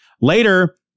Later